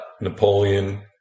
Napoleon